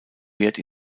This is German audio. wehrt